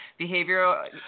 Behavioral